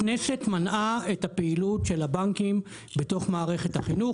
הכנסת מנעה את הפעילות של הבנקים בתוך מערכת החינוך.